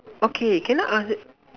okay can I ask